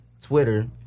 Twitter